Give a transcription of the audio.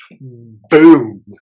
Boom